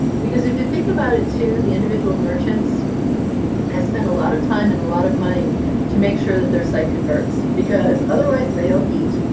because if you think about it too, the individual merchants has spent a lot of time and a lot of money to make sure that their site converts. because otherwise, they don't eat.